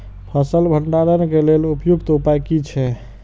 फसल भंडारण के लेल उपयुक्त उपाय कि छै?